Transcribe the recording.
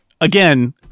again